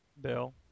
Bill